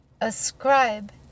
Ascribe